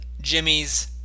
Jimmy's